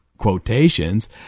Quotations